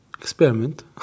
experiment